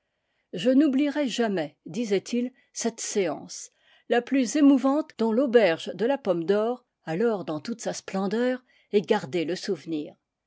je n'oublierai jamais disait-il cette séance la plus émouvante dont l'auberge de la pomme d'or alors dans toute sa splendeur ait gardé le souvenir